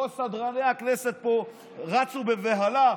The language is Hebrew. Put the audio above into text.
כל סדרני הכנסת פה רצו בבהלה,